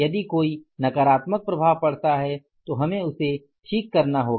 यदि कोई नकारात्मक प्रभाव पड़ता है तो हमें उसे ठीक करना होगा